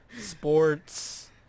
sports